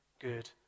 good